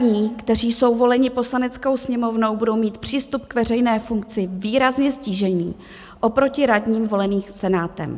Radní, kteří jsou voleni Poslaneckou sněmovnou, budou mít přístup k veřejné funkci výrazně ztížený oproti radním voleným Senátem.